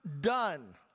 done